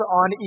on